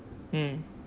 mm